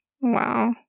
Wow